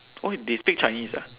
oh they speak chinese ah